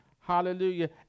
Hallelujah